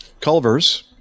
Culver's